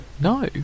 No